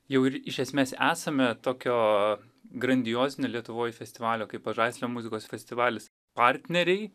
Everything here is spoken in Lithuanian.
jau ir iš esmės esame tokio grandiozinio lietuvoj festivalio kaip pažaislio muzikos festivalis partneriai